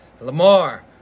Lamar